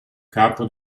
capo